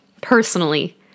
personally